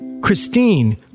Christine